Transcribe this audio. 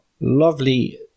lovely